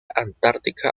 antártica